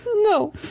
No